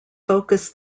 focus